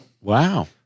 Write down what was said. Wow